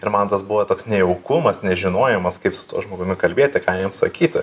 ir man tas buvo toks nejaukumas nežinojimas kaip su tuo žmogumi kalbėti ką jam sakyti